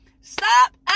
stop